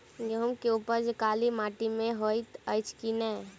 गेंहूँ केँ उपज काली माटि मे हएत अछि की नै?